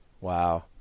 Wow